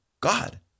God